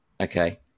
okay